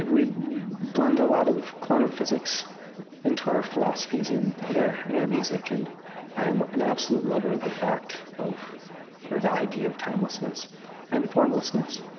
we blend a lot of quantum physics into our philosophies and in and our music, and i am an absolute lover of the fact of or the idea of timelessness and formlessness